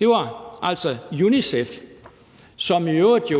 man altså fra UNICEF, som jo i øvrigt